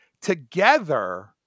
together